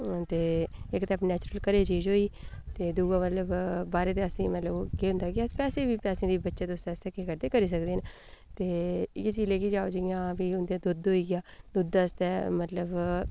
ते इक ते नैचुरल घरै दी चीज़ होई ते दूआ मतलब बाहरें दे अस मतलब केह् होंदा कि पैसे गै पैसे दी बचत उस आस्तै केह् करी सकदे न इ'यै चीज़ लेइयै जाओ की उं'दे दुद्ध होई गेआ दुद्ध आस्तै मतलब